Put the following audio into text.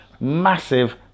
massive